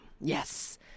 Yes